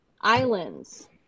islands